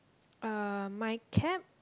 uh my cap